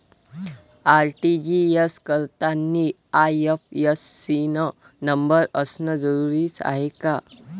RTGS करतांनी IFSC न number असनं जरुरीच हाय का?